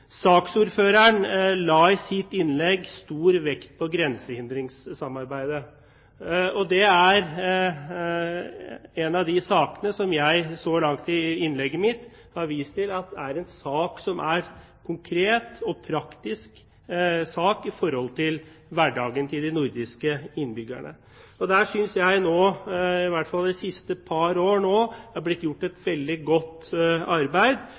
Saksordføreren la i sitt innlegg stor vekt på grensehindringssamarbeidet. Det er en av de sakene som jeg så langt i innlegget mitt har vist til er en sak som er konkret og praktisk med hensyn til hverdagen til de nordiske innbyggerne. Der synes jeg nå – i hvert fall de siste par år – at det er blitt gjort et veldig godt arbeid